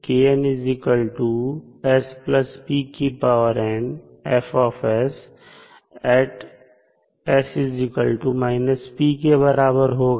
के बराबर होगा